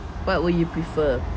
what would you prefer